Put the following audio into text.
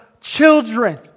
children